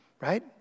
right